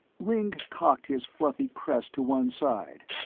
ringg cocked his fluffy crest to one side.